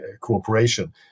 cooperation